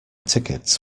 tickets